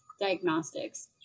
diagnostics